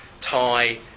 Thai